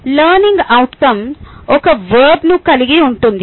learning outcome ఒక వర్బ్ను కలిగి ఉండాలి